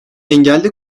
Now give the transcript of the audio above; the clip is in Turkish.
engelli